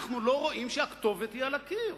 אנחנו לא רואים שהכתובת היא על הקיר.